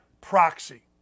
proxy